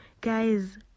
guys